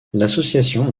l’association